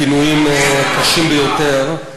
בכינויים קשים ביותר.